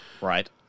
Right